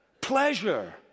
pleasure